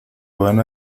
van